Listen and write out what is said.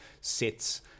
sits